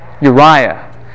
Uriah